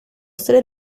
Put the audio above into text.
ser